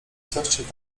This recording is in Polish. coście